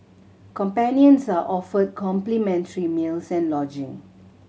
companions are offered complimentary meals and lodging